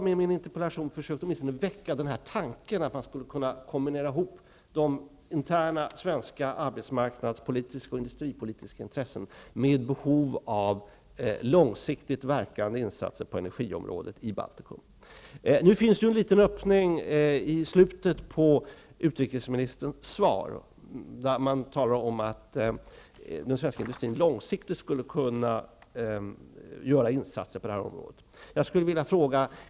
Med min interpellation har jag försökt att åtminstone väcka tanken att man skulle kunna kombinera de interna svenska arbetsmarknads och industripolitiska intressena med behov av långsiktigt verkande insatser på energiområdet i Baltikum. Det finns en liten öppning i slutet av utrikesministerns svar. Det sägs att den svenska industrin långsiktigt skulle kunna göra insatser på det här området.